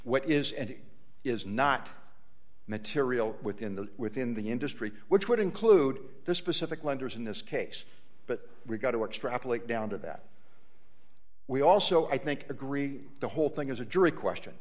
what is and is not material within the within the industry which would include the specific lenders in this case but we've got to extrapolate down to that we also i think agree the whole thing is a jury question